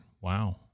Wow